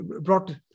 brought